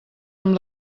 amb